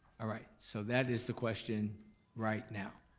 alright, so that is the question right now.